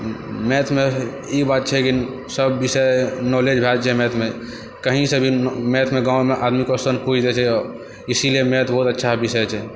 मैथमे ई बात छै कि सभ विषय नौलेज भए जाइ छै मैथमे कहीं से भी मैथमे आदमी गावमे क्वेस्चन पूछि दै छै इसीलिये मैथ बहुत अच्छा विषय छै